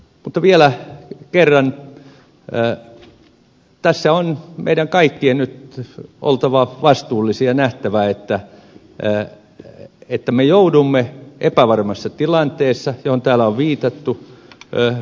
mutta vielä kerran tässä on meidän kaikkien nyt oltava vastuullisia ja nähtävä että me joudumme epävarmassa tilanteessa johon täällä on viitattu toimimaan